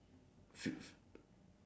the the bird